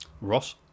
Ross